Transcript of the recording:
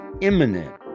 imminent